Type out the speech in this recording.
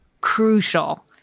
crucial